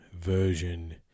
version